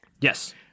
Yes